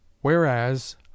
Whereas